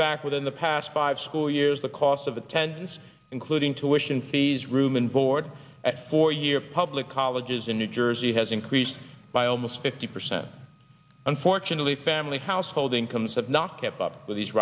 fact within the past five school years the cost of attendance including tuitions fees room and board at four year public colleges in new jersey has increased by almost fifty percent unfortunately family household incomes have not kept up with these